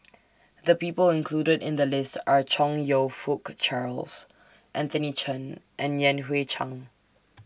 The People included in The list Are Chong YOU Fook Charles Anthony Chen and Yan Hui Chang